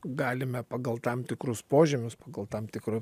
galime pagal tam tikrus požymius pagal tam tikrą